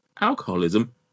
alcoholism